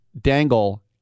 dangle